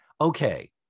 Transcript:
Okay